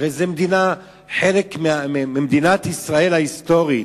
הרי זה חלק ממדינת ישראל ההיסטורית,